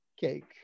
cake